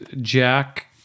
Jack